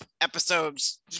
episodes